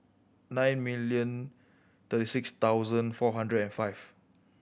nine million thirty six thousand four hundred and five